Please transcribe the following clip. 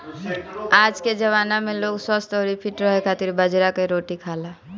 आजके जमाना में लोग स्वस्थ्य अउरी फिट रहे खातिर बाजरा कअ रोटी खाएला